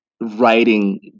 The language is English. writing